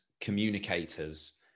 communicators